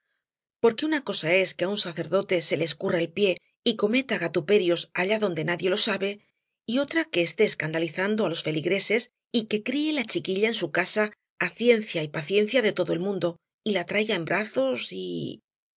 porque una cosa es que á un sacerdote se le escurra el pié y cometa gatuperios allá donde nadie lo sabe y otra que esté escandalizando á los feligreses y que críe la chiquilla en su casa á ciencia y paciencia de todo el mundo y la traiga en brazos y